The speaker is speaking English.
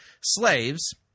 slaves